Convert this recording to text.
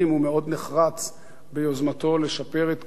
הוא מאוד נחרץ ביוזמתו לשפר את כביש